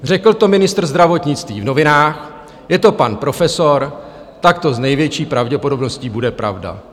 Řekl to ministr zdravotnictví v novinách, je to pan profesor, tak to s největší pravděpodobností bude pravda.